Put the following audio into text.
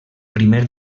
primer